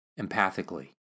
empathically